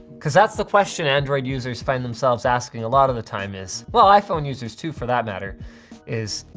cause that's the question android users find themselves asking a lot of the time is, well, iphone users too for that matter is,